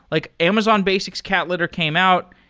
like amazon basics cat litter came out.